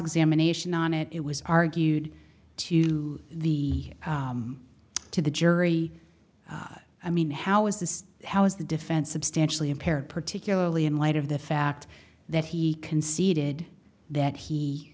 examination on it it was argued to the to the jury i mean how is this how is the defense substantially impaired particularly in light of the fact that he conceded that he